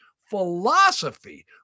philosophy